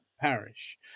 parish